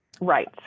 Right